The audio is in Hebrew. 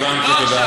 הבנתי.